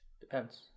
Depends